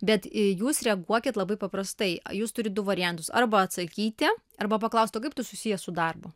bet jūs reaguokit labai paprastai jūs turit du variantus arba atsakyti arba paklaust o kaip tai susiję su darbu